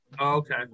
Okay